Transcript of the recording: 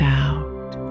out